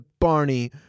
Barney